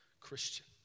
Christian